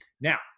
now